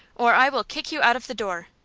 or i will kick you out of the door!